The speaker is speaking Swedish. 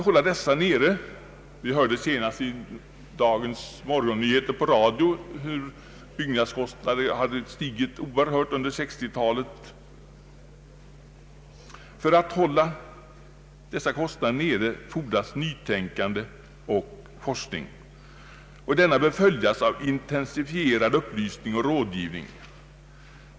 Vi hörde senast i dagens morgonnyheter i radio hur byggnadskostnaderna stigit oerhört under 1960-talet. För att hålla dessa kostnader nere fordras nytänkande och forskning. Denna bör följas av intensifierad upplysning och rådgivning.